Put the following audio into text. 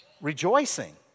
Rejoicing